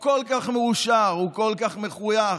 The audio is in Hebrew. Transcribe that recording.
קולי אל ה' אזעק קולי אל ה'